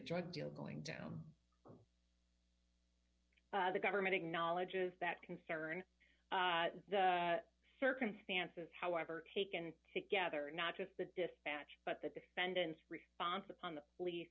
drug deal going down the government acknowledges that concern the circumstances however taken together not just the dispatch but the defendant's response upon the